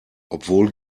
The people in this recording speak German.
obwohl